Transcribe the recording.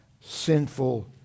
sinful